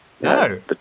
No